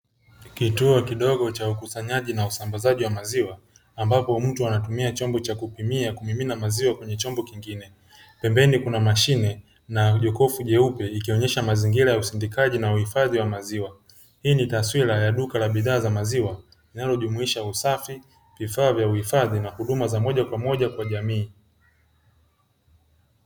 Kituo kidogo cha ukusanyaji na usambazaji wa maziwa ambapo mtu anatumia chombo cha kupimia kumimina maziwa kwenye chombo kingine; pembeni kuna mashine na jokofu jeupe ikionyesha mazingira ya usindikaji na uhifadhi wa maziwa. Hii ni taswira ya duka la bidhaa za maziwa linalojumuisha usafi, vifaa vya uhifadhi na huduma za moja kwa moja kwa jamii.